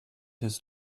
his